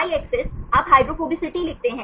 Y अक्ष आप hydrophobicity लिखते हैं